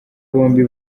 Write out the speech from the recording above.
bombi